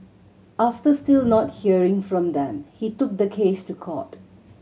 after still not hearing from them he took the case to court